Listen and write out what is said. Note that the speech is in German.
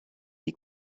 die